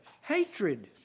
Hatred